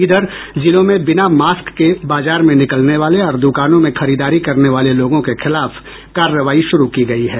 इधर जिलों में बिना मास्क के बाजार में निकलने वाले और दुकानों में खरीदारी करने वाले लोगों के खिलाफ कार्रवाई शुरू की गयी है